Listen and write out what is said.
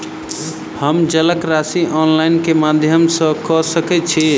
हम जलक राशि ऑनलाइन केँ माध्यम सँ कऽ सकैत छी?